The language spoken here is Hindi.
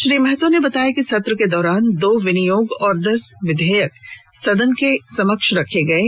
श्री महतो ने बताया कि सत्र के दौरान दो विनियोग और दस विधेयक सदन के समक्ष रखे गये